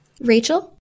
Rachel